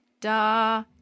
da